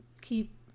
keep